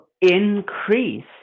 increase